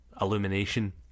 illumination